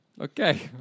Okay